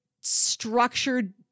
structured